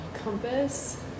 compass